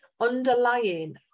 underlying